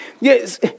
Yes